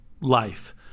life